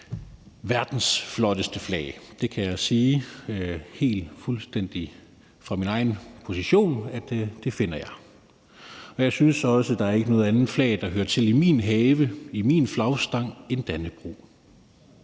verdens flotteste flag. Jeg kan sige, helt fuldstændig fra min egen position, at det finder jeg det er. Og jeg synes også, at der ikke er noget andet flag, der hører til i min flagstang i min have, end Dannebrog.